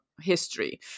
history